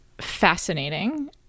fascinating